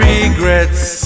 Regrets